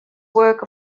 work